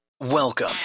Welcome